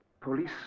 police